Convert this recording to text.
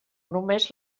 només